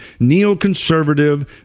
neoconservative